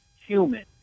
human